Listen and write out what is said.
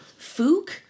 Fook